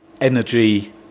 energy